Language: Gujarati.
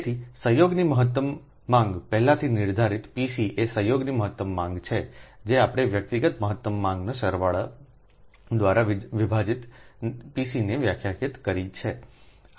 તેથી સંયોગની મહત્તમ માંગ પહેલાથી નિર્ધારિત Pc એ સંયોગની મહત્તમ માંગ છે જે આપણે વ્યક્તિગત મહત્તમ માંગના સરવાળો દ્વારા વિભાજિત Pc ને વ્યાખ્યાયિત કરી છે